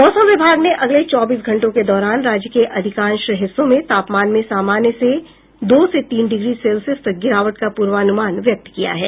मौसम विभाग ने अगले चौबीस घंटों के दौरान राज्य के अधिकांश हिस्सों में तापमान में सामान्य से दो से तीन डिग्री सेल्सियस तक गिरावट का पूर्वानुमान व्यक्त किया है